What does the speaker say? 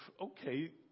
okay